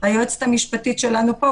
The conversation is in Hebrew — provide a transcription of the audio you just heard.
היועצת המשפטית שלנו פה,